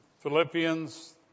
Philippians